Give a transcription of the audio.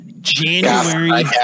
January